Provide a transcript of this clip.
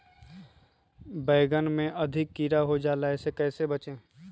बैंगन में अधिक कीड़ा हो जाता हैं इससे कैसे बचे?